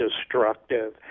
destructive